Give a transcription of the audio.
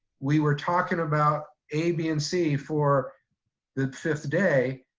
we were talking about a, b, and c for the fifth day,